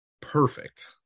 perfect